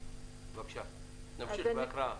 נמשיך בהקראה.